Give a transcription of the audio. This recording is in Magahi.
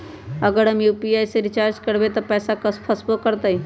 अगर हम यू.पी.आई से रिचार्ज करबै त पैसा फसबो करतई?